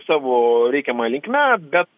savo reikiama linkme bet